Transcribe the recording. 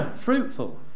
fruitful